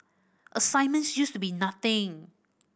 assignments used to be nothing